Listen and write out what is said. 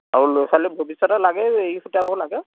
আৰু ল'ৰা ছোৱালী ভৱিষ্যতত লাগে এৰী সূতাবোৰ লাগে